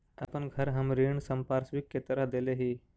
अपन घर हम ऋण संपार्श्विक के तरह देले ही